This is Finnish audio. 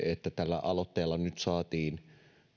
että tällä aloitteella nyt saatiin